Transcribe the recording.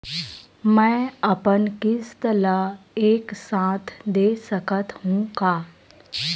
मै अपन किस्त ल एक साथ दे सकत हु का?